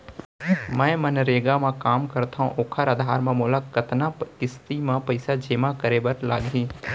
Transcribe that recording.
मैं मनरेगा म काम करथो, ओखर आधार म मोला कतना किस्ती म पइसा जेमा करे बर लागही?